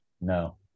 No